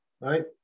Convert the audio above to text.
right